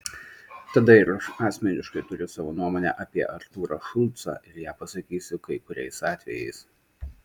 tada ir aš asmeniškai turiu savo nuomonę apie artūrą šulcą ir ją pasakysiu kai kuriais atvejais